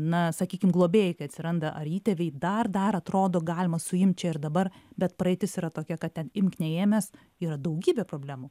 na sakykim globėjai atsiranda ar įtėviai dar dar atrodo galima suimt čia ir dabar bet praeitis yra tokia kad ten imk neėmęs yra daugybė problemų